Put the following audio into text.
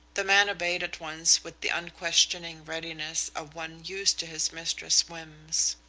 the man obeyed at once with the unquestioning readiness of one used to his mistress' whims.